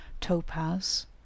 topaz